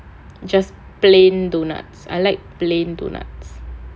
just plain doughnuts I like plain doughnuts